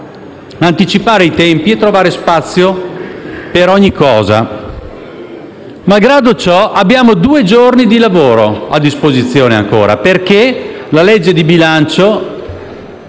anticipare i tempi e trovare spazio per ogni argomento. Malgrado ciò, abbiamo due giorni di lavoro a disposizione ancora, perché alla